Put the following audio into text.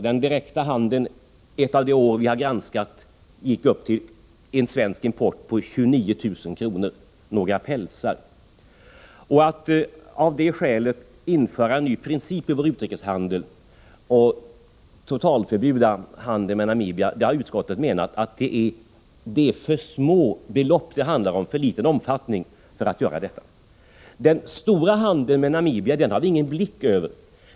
Den direkta handeln gick när det gäller svensk import ett av de år vi har granskat upp till 29 000 kr. Det motsvarar några pälsar. Utskottet har menat att det är för små belopp det handlar om för att man på grund av detta skall införa en ny princip i vår utrikeshandel och totalförbjuda handeln med Namibia. Handeln har en för liten omfattning för att man skall göra detta. Den stora handeln med Namibia har vi ingen överblick över.